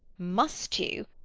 must you!